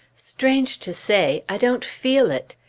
strange to say, i don't feel it.